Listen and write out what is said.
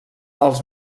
els